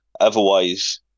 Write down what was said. otherwise